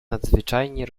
nadzwyczajnie